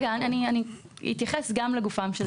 אני אתייחס גם לגופם של דברים.